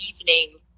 evening